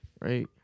right